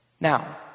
Now